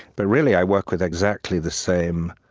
but really, i work with exactly the same